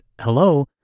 hello